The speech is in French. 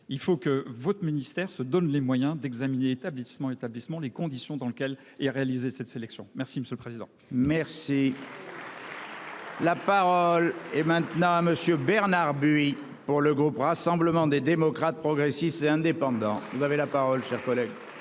il faut que votre ministère se donne les moyens d'examiner établissement établissements les conditions dans lesquelles est réalisé cette sélection. Merci Monsieur le Président. Merci. La parole est maintenant à monsieur Bernard buis pour le groupe Rassemblement des démocrates, progressistes et indépendants. Vous avez la parole, cher collègue.